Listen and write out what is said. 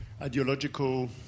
ideological